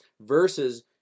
versus